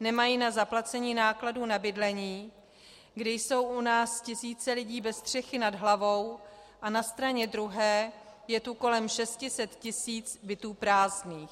nemají na zaplacení nákladů na bydlení, kdy jsou u nás tisíce lidí bez střechy nad hlavou, a na straně druhé je tu kolem 600 tisíc bytů prázdných.